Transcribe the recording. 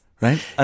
Right